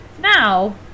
Now